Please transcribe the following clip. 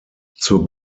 zur